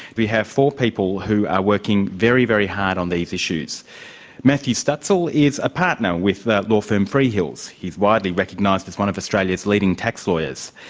we have four people who are working very, very hard on these issues matthew stutsel is a partner with law firm freehills. he's widely recognised as one of australia's leading tax lawyers.